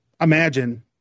imagine